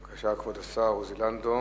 בבקשה, כבוד השר עוזי לנדאו,